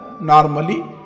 normally